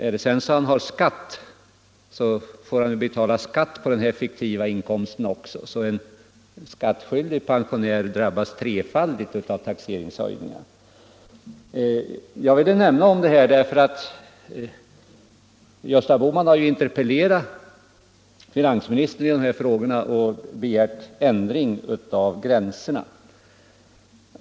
Är sedan pensionären skattskyldig så får han betala skatt på denna fiktiva inkomst också. En skattskyldig pensionär drabbas därför trefaldigt av taxeringshöjningarna. Jag har velat säga detta därför att herr Bohman har interpellerat finansministern i dessa frågor och begärt ändring av gränserna.